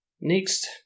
Next